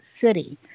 city